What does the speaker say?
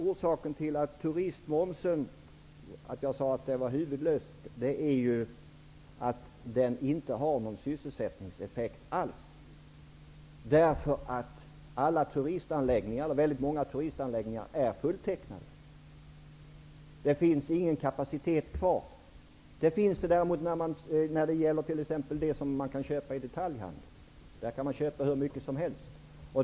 Orsaken till att turistmomsen är huvudlös är att den inte har några sysselsättningseffekter alls. Många turistanläggningar är fulltecknade. Det finns ingen kapacitet kvar. Det finns det däremot när det gäller sådant som kan köpas i detaljhandeln. Där kan man köpa hur mycket som helst.